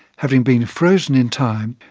having been frozen in time,